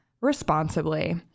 responsibly